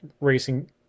Racing